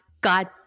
God-